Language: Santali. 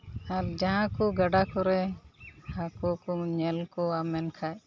ᱟᱨ ᱡᱟᱦᱟᱸ ᱠᱚ ᱜᱟᱰᱟ ᱠᱚᱨᱮ ᱦᱟᱹᱠᱩ ᱠᱚᱢ ᱧᱮᱞ ᱠᱚᱣᱟ ᱢᱮᱱᱠᱷᱟᱱ